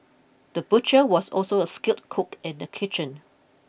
the butcher was also a skilled cook in the kitchen